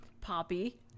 poppy